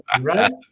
right